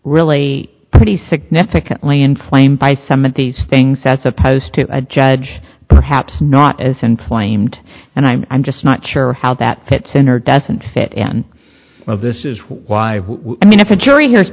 really pretty significantly inflamed by some of these things as opposed to a judge perhaps not as inflamed and i'm just not sure how that fits in or doesn't fit and well this is why i mean if a jury he